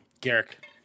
Garrick